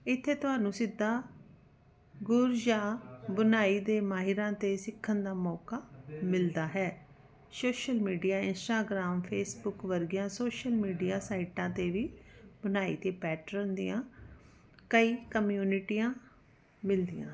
ਇੱਥੇ ਤੁਹਾਨੂੰ ਸਿੱਧਾ ਗੁਰ ਜਾਂ ਬੁਨਾਈ ਦੇ ਮਾਹਿਰਾਂ ਤੋਂ ਸਿੱਖਣ ਦਾ ਮੌਕਾ ਮਿਲਦਾ ਹੈ ਸੋਸ਼ਲ ਮੀਡੀਆ ਇੰਸਟਾਗਰਾਮ ਫੇਸਬੁਕ ਵਰਗੀਆਂ ਸੋਸ਼ਲ ਮੀਡੀਆ ਸਾਈਟਾਂ 'ਤੇ ਵੀ ਬੁਨਾਈ ਦੇ ਪੈਟਰਨ ਦੀਆਂ ਕਈ ਕਮਿਊਨਿਟੀਆਂ ਮਿਲਦੀਆਂ ਹਨ